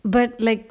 but like